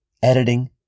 Editing